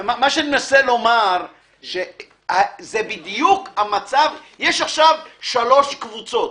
מנסה לומר שזה בדיוק המצב יש עכשיו שלוש קבוצות,